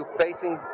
facing